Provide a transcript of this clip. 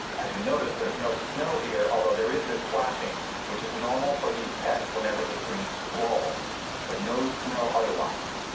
as you'll notice there's no snow here although there is this flashing which is normal for these pets whenever the screen scrolls but no snow otherwise.